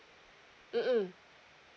mm mm